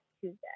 tuesday